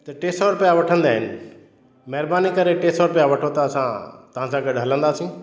त टे सौ रुपिया वठंदा आहिनि महिरबानी करे टे सौ रुपिया वठो त असां तव्हां सां गॾु हलंदासीं